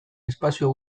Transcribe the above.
espazio